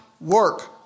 work